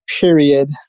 period